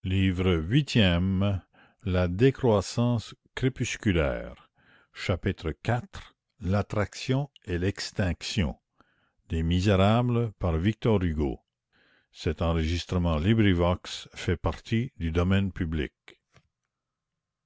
la rue plumet chapitre iv l'attraction et l'extinction